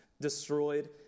destroyed